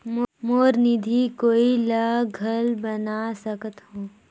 मोर निधि कोई ला घल बना सकत हो?